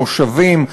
מושבים,